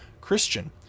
Christian